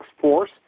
Force